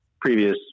previous